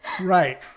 Right